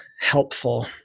helpful